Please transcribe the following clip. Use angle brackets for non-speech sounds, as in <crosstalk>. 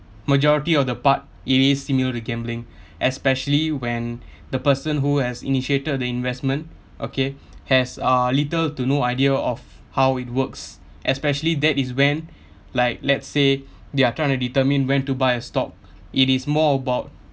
majority of the part it is similar to gambling <breath> especially when the person who has initiated the investment okay has uh little to no idea of how it works especially that is when <breath> like let's say they are try to determine when to buy a stock it is more about